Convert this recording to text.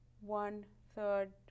one-third